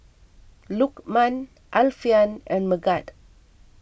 Lukman Alfian and Megat